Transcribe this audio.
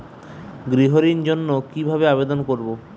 গৃহ ঋণ জন্য কি ভাবে আবেদন করব?